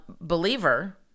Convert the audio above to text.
Believer